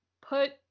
put